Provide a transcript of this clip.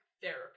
therapy